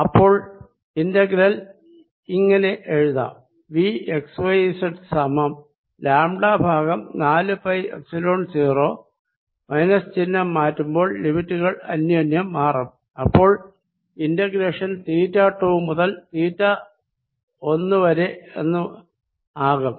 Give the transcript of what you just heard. അപ്പോൾ ഇന്റഗ്രൽ ഇങ്ങനെ എഴുതാം വി x yz സമം ലാംടാ ഭാഗം നാലു പൈ എപ്സിലോൺ 0 മൈനസ് ചിഹ്നം മാറ്റുമ്പോൾ ലിമിറ്റുകൾ അന്യോന്യം മാറും അപ്പോൾ ഇന്റഗ്രേഷൻ തീറ്റ 2 മുതൽ തീറ്റ 1 വരെ ആകും